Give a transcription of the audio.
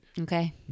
Okay